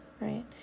right